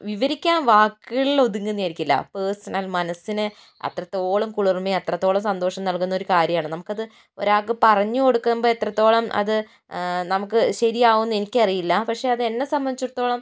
വിവരിക്കാൻ വാക്കുകളിൽ ഒതുങ്ങുന്നതായിരിക്കില്ല പേർസണൽ മനസ്സിനെ അത്രത്തോളം കുളിർമയും അത്രത്തോളം സന്തോഷം നൽകുന്നൊരു കാര്യമാണ് നമുക്കത് ഒരാൾക്ക് പറഞ്ഞു കൊടുക്കുമ്പോൾ എത്രത്തോളം അത് നമുക്ക് ശരിയാവും എന്നെനിക്കറിയില്ല പക്ഷെ അത് എന്നെ സംബന്ധിച്ചിടത്തോളം